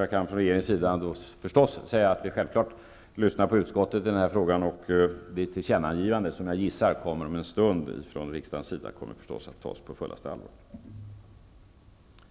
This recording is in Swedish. Jag kan från regeringens sida då förstås säga att jag självfallet skall lyssna till utskottet i denna fråga, och det tillkännagivande som jag gissar kommer om en stund från riksdagens sida kommer naturligtvis att tas på fullaste allvar,